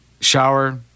Shower